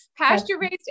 pasture-raised